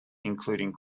including